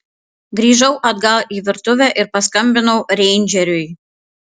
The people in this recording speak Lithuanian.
grįžau atgal į virtuvę ir paskambinau reindžeriui